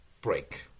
break